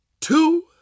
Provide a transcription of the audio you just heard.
two